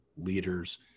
leaders